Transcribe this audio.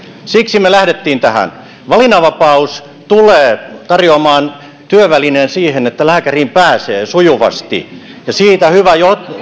siksi me lähdimme tähän valinnanvapaus tulee tarjoamaan työvälineen siihen että lääkäriin pääsee sujuvasti ja hyvä